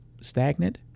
stagnant